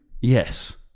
Yes